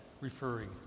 referring